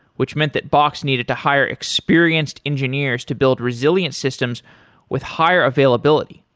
which meant that box needed to hire experienced engineers to build resilient systems with higher availability.